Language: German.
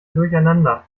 durcheinander